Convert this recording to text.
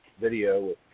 video